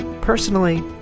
Personally